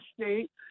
State